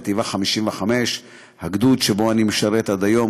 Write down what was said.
חטיבה 55. הגדוד שבו אני משרת עד היום,